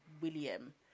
William